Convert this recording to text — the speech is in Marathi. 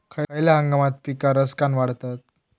खयल्या हंगामात पीका सरक्कान वाढतत?